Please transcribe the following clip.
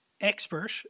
expert